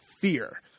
fear